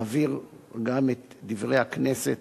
אעביר גם את "דברי הכנסת"